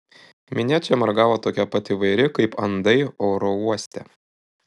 minia čia margavo tokia pat įvairi kaip andai oro uoste